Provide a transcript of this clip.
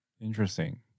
Interesting